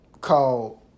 called